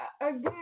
again